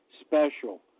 special